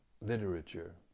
literature